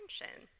attention